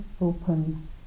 open